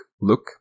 look